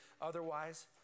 otherwise